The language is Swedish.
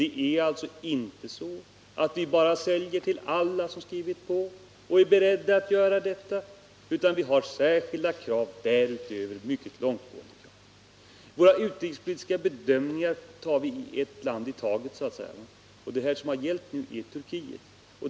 Det är alltså inte så att vi är beredda att sälja till alla som skrivit på, utan vi har särskilda krav därutöver, mycket långtgående krav. Våra utrikespolitiska bedömningar gör vi för ett land i taget, och nu har det gällt Turkiet.